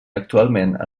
actualment